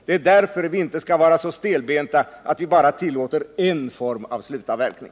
Det är därför vi inte skall vara så stelbenta att vi bara tillåter en form av slutavverkning.